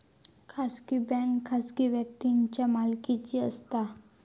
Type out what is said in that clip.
खाजगी बँक खाजगी व्यक्तींच्या मालकीची असता